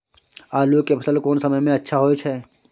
आलू के फसल कोन समय में अच्छा होय छै?